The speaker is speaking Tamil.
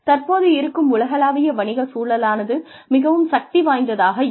தற்போதிருக்கும் உலகளாவிய வணிகச் சூழலானது மிகவும் சக்தி வாய்ந்ததாக இருக்கும்